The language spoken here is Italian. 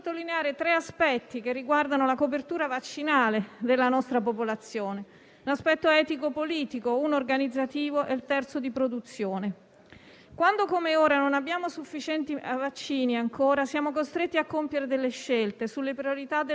Quando, come ora, non abbiamo sufficienti vaccini, siamo costretti ancora a compiere scelte sulle priorità delle persone da vaccinare. La politica è fatta di scelte, a volte anche difficili, che sono a carattere fortemente etico e devono essere prese